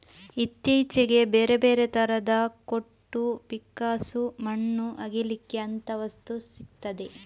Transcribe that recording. ಇತ್ತೀಚೆಗೆ ಬೇರೆ ಬೇರೆ ತರದ ಕೊಟ್ಟು, ಪಿಕ್ಕಾಸು, ಮಣ್ಣು ಅಗೀಲಿಕ್ಕೆ ಅಂತ ವಸ್ತು ಸಿಗ್ತದೆ